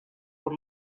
por